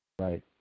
Right